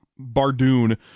Bardoon